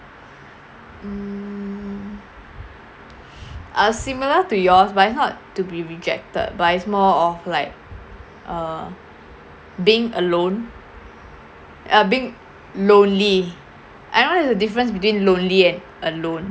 mm uh similar to yours but it's not to be rejected but it's more of like err being alone uh being lonely I know there's a difference between lonely and alone